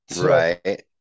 Right